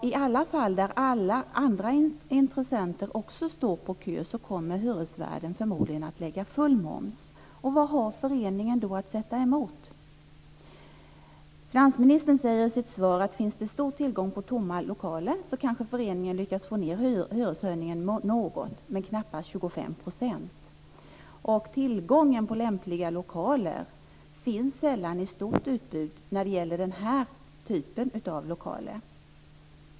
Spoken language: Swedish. I alla fall där alla andra intressenter också står på kö kommer hyresvärden förmodligen att lägga full moms. Vad har föreningen då att sätta emot? Finansministern säger i sitt svar att finns det stor tillgång på tomma lokaler kanske föreningen lyckas få ned hyreshöjningen något, men det blir knappast till 25 %. Det finns sällan ett stort utbud av lämpliga lokaler.